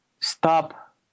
stop